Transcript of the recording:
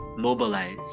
mobilize